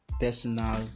personal